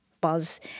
buzz